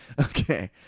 Okay